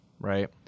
right